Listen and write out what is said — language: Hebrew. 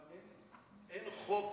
אבל אין חוק